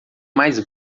mais